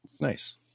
nice